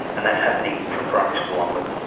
and that is happening from primary school onwards,